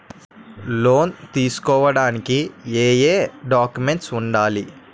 Loan తీసుకోడానికి ఏయే documents వుండాలి?